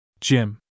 Jim